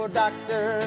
doctor